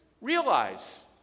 realize